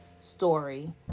story